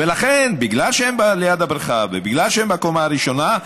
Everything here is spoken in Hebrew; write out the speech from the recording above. ולכן בגלל שהם ליד הבריכה ובגלל שהם בקומה הראשונה,